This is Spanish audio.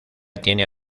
tiene